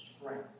strength